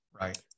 Right